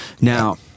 Now